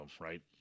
right